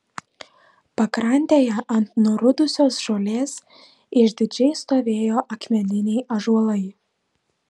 pakrantėje ant nurudusios žolės išdidžiai stovėjo akmeniniai ąžuolai